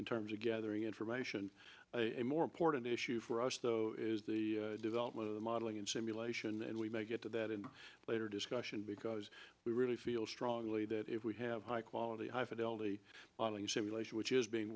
in terms of gathering information a more important issue for us though is the development of the modeling and simulation and we may get to that in later discussion because we really feel strongly that if we have high quality high fidelity modeling simulation which is being